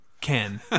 Ken